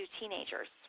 teenagers